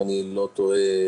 אם אני לא טועה,